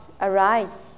arise